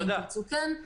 אם תרצו אז כן.